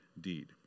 deed